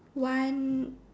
one